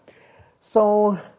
so